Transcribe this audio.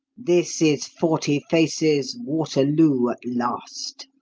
this is forty faces waterloo at last.